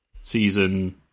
season